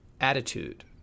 attitude